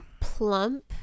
plump